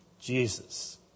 Jesus